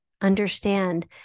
understand